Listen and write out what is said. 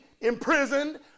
imprisoned